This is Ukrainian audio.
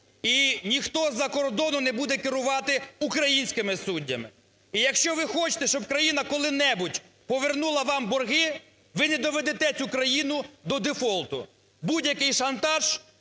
і ніхто з-за кордону не буде керувати українськими суддями. І якщо ви хочете, щоб країна коли-небудь повернула вам борги, ви не доведете цю країну до дефолту. Будь-який шантаж